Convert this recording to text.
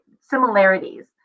similarities